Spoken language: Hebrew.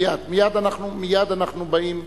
מייד, מייד אנחנו באים,